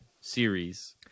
series